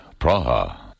Praha